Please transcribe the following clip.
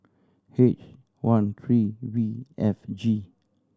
H one three V F G